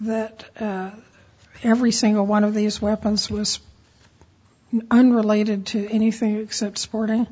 that every single one of these weapons was unrelated to anything except supporting